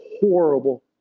horrible